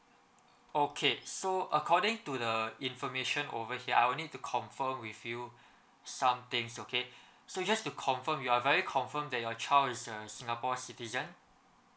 okay so according to the information over here I will need to confirm with you some things okay so just to confirm you are very confirm that your child is a singapore citizen